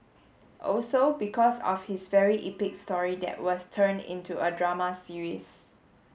also because of his very epic story that was turned into a drama series